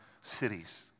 cities